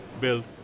build